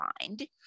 mind